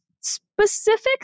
specific